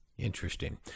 Interesting